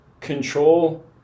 control